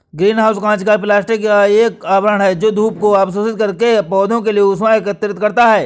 green house कांच या plastic का एक आवरण है जो धूप को अवशोषित करके पौधों के लिए ऊष्मा एकत्रित करता है